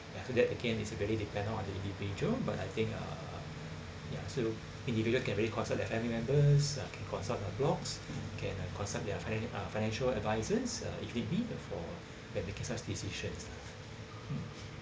after that again it's really dependent on the individual but I think uh ya so individual can really consult their family members uh can consult the blogs can uh consult their finan~ uh financial advisers uh if need be for making us decisions mm